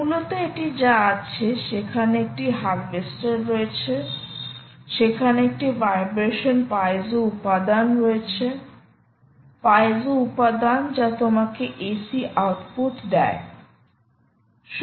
মূলত এটি যা আছে সেখানে একটি হারভেস্টার রয়েছে সেখানে একটি ভাইব্রেশন পাইজো উপাদান রয়েছে পাইজো উপাদান যা তোমাকে AC আউটপুট দেয়